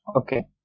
okay